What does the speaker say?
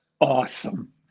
awesome